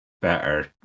better